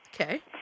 Okay